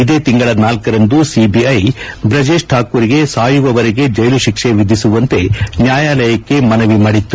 ಇದೇ ತಿಂಗಳ ನಾಲ್ಗರಂದು ಸಿಬಿಐ ಬ್ರಜೇಶ್ ಠಾಕೂರ್ ಗೆ ಸಾಯುವವರೆಗೆ ಜೈಲು ತಿಕ್ಷೆ ವಿಧಿಸುವಂತೆ ನ್ಯಾಯಾಲಯಕ್ಕೆ ಮನವಿ ಮಾಡಿತ್ತು